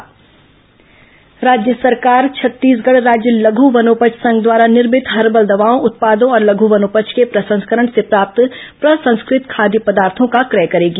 cabinet निर्णय राज्य सरकार छत्तीसगढ़ राज्य लघू वनोपज संघ द्वारा निर्भित हर्बल दवाओं उत्पादों और लघू वनोपज के प्रसंस्करण से प्राप्त प्रसंस्कत खाद्य पदार्थो का क्रय करेगी